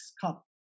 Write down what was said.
cup